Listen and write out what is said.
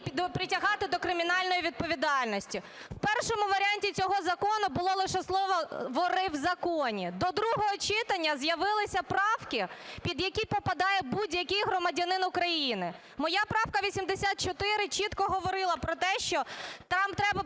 притягати до кримінальної відповідальності. В першому варіанті цього закону було лише слово "вори в законі". До другого читання з'явилися правки, під які попадає будь-який громадянин України. Моя правка 84 чітко говорила про те, що там треба